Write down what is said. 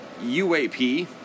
UAP